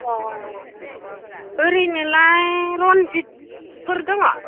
अ ओरैनोलाय रनजितफोर दङ